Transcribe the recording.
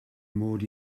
mod